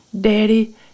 Daddy